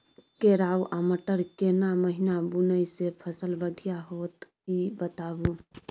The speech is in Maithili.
केराव आ मटर केना महिना बुनय से फसल बढ़िया होत ई बताबू?